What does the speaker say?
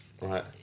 Right